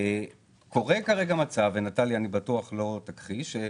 קורה כרגע מצב ונטליה לא תכחיש אותו,